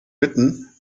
bitten